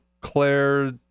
Claire